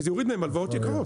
כי זה יוריד מהם הלוואות יקרות.